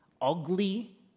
ugly